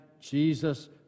Jesus